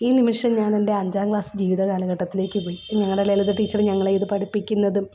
ഈ നിമിഷം ഞാനെൻ്റെ അഞ്ചാം ക്ലാസ് ജീവിതകാലഘട്ടത്തിലേക്ക് പോയി ഞങ്ങളുടെ ലളിത ടീച്ചറ് ഞങ്ങളെ ഇത് പഠിപ്പിക്കുന്നതും